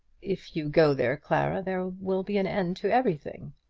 if you go there, clara, there will be an end to everything.